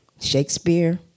Shakespeare